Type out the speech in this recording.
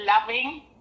loving